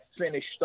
finished